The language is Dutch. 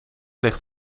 ligt